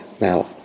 Now